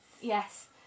Yes